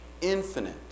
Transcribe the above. infinite